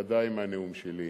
ודאי מהנאום שלי,